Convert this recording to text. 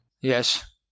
Yes